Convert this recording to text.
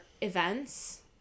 events